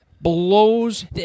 blows